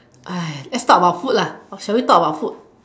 !aiya! let's talk about food lah shall we talk about food